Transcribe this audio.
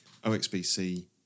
OXBC